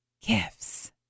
gifts